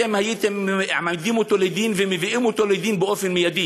הייתם מעמידים אותו לדין ומביאים אותו לדין מייד.